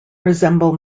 resemble